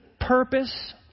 purpose